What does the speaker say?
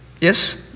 Yes